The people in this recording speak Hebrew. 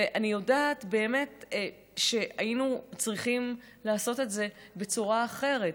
ואני יודעת באמת שהיינו צריכים לעשות את זה בצורה אחרת.